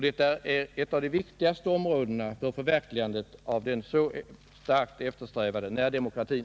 Detta är ett av de viktigaste områdena för förverkligandet av den så starkt eftersträvade närdemokratin.